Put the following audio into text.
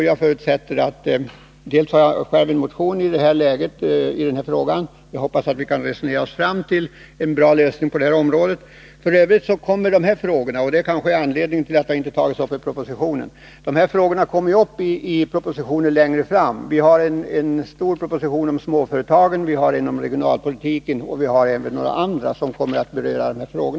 Jag har själv väckt en motion i frågan, och jag hoppas att vi kan resonera och komma fram till en bra lösning. F. ö. kommer sådana frågor — och det kan vara en anledning till att de inte har tagits upp i den nämnda propositionen — att behandlas i propositioner längre fram. Det kommer en stor proposition om småföretagen, en om regionalpolitiken och även några andra, som berör dessa frågor.